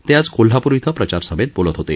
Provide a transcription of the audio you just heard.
ते आज कोल्हापूर इथं प्रचार सभेत बोलत होते